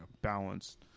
balanced